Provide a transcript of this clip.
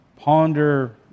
ponder